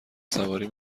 سواری